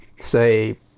say